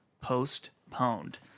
postponed